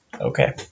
Okay